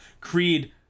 Creed